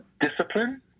Discipline